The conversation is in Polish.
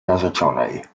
narzeczonej